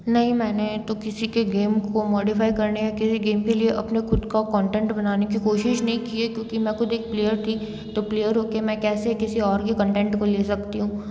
नहीं मैंने तो किसी के गेम को मॉडिफाई करने किसी गेम के लिए अपने खुद का कोटेंट बनाने की कोशिश नहीं की है क्योंकि मैं खुद एक प्लेयर थी तो प्लेयर होके मैं कैसे किसी और के कंटेंट को ले सकती हूँ